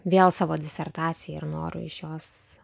vėl savo disertaciją ir noriu iš jos